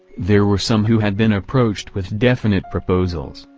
there were some who had been approached with definite proposals.